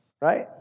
right